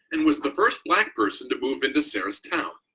and was the first black person to move into sarah's town.